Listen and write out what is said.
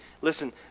Listen